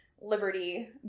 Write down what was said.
Liberty